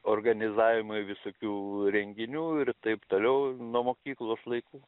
organizavimai visokių renginių ir taip toliau nuo mokyklos laikų